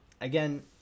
again